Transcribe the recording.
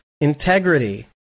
integrity